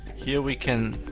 here we can